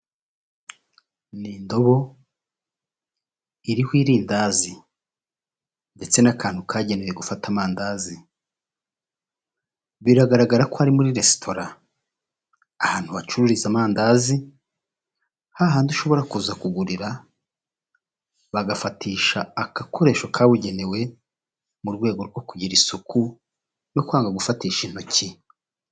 Ni indobo iriho irindazi, ndetse n'akantu kagenewe gufata amandazi, biragaragara ko ari muri resitora., ahantu bacururiza amandazi, hahandi ushobora kuza kugurira, bagafatisha agakoresho kabugenewe, mu rwego rwo kugira isuku, no kwanga gufatisha intoki.